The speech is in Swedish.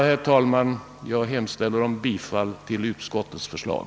Herr talman! Jag hemställer om bifall till utskottets förslag.